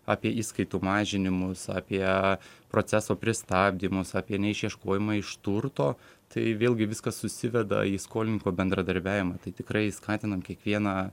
apie išskaitų mažinimus apie proceso pristabdymus apie neišieškojimą iš turto tai vėlgi viskas susiveda į skolininko bendradarbiavimą tai tikrai skatinam kiekvieną